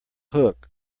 hook